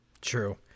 True